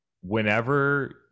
whenever